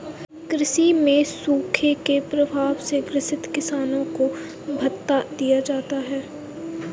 कृषि में सूखे के प्रभाव से ग्रसित किसानों को भत्ता दिया जाता है